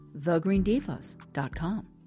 thegreendivas.com